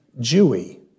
Jewy